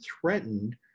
threatened